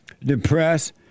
depressed